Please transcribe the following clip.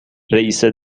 رئیس